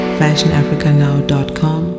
fashionafricanow.com